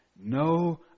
no